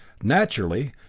naturally,